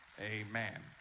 amen